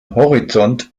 horizont